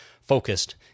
focused